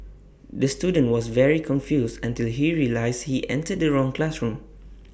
the student was very confused until he realised he entered the wrong classroom